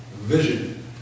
vision